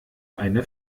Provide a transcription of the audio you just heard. eine